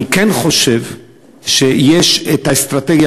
אני כן חושב שיש האסטרטגיה,